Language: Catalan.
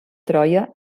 troia